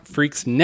Freaks